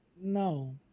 No